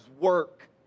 work